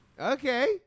Okay